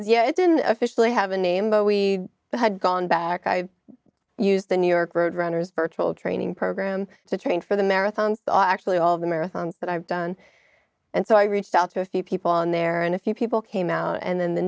yeah i didn't officially have a name but we had gone back i used the new york road runners virtual training program to train for the marathons actually all of the marathons that i've done and so i reached out to a few people in there and a few people came out and then the